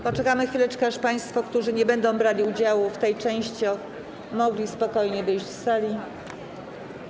Poczekamy chwileczkę, aby państwo, którzy nie będą brali udziału w tej części, mogli spokojnie wyjść z sali.